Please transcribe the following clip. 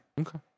Okay